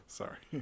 sorry